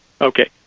Okay